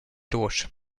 durch